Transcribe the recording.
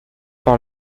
par